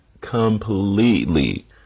completely